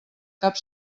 cap